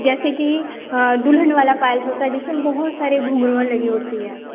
जैसे कि दुल्हन वाली पायल होती है जिसमें बहुत सारे घुंघरूएँ लगी होती है